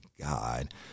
God